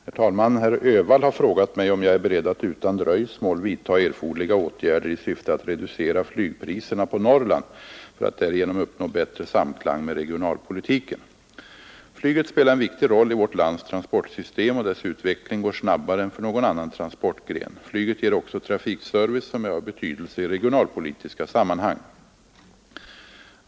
Herr talman! Herr Öhvall har frågat mig om jag är beredd att utan dröjsmål vidta erforderliga åtgärder i syfte att reducera flygpriserna på Norrland för att därigenom uppnå bättre samklang med regionalpolitiken. Flyget spelar en viktig roll i vårt lands transportsystem, och dess utveckling går snabbare än för någon annan transportgren. Flyget ger också trafikservice som är av betydelse i regionalpolitiska sammanhang.